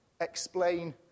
explain